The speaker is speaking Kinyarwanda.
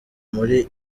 muri